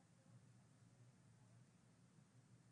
גם פעולות - אתם כבר מניחים את התשתית לפרמדיקים.